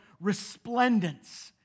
resplendence